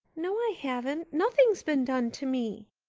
no, i haven't. nothing's been done to me.